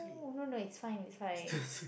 oh no no it's fine it's fine